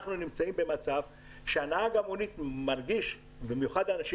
אנחנו נמצאים במצב שנהג המונית מרגיש במיוחד האנשים